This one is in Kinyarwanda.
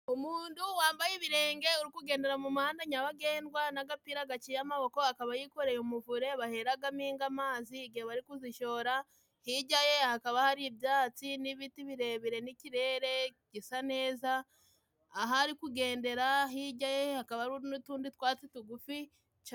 Umundu wambaye ibirenge uri kugendera mu muhanda nyabagendwa, n'agapira gaciye amaboko. Akaba yikoreye umuvure baheragamo inga amazi igihe bari kuzishora hirya ye hakaba hari ibyatsi n'ibiti birebire n'ikirere gisa neza, aho ari kugendera hirya ye hakaba hari n'utundi twatsi tugufi.